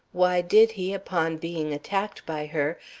why did he, upon being attacked by her,